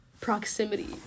proximity